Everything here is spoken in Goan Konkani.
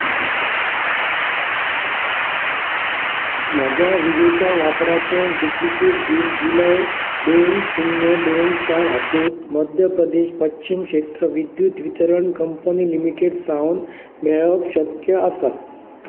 म्हज्या विजेच्या वापराचें डुप्लिकेट बील जुलय दोन शुन्य दोन चार हातूंत मध्य प्रदेश पश्चीम क्षेत्र विद्द्युत वितरण कंपनी लिमिटेड सावन मेळप शक्य आसा